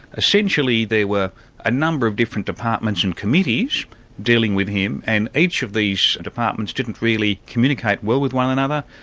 essentially, there were a number of different departments and committees dealing with him, and each of these departments didn't really communicate well with one another,